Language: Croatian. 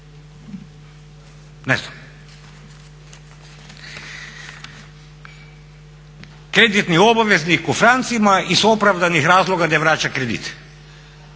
Ne znam. Kreditni obveznik u francima iz opravdanih razloga ne vraća kredit.